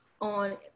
on